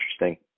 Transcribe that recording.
interesting